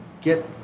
get